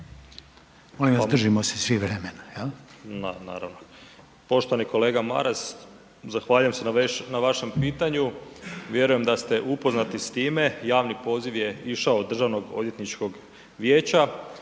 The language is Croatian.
Molim vas, držimo se svi vremena,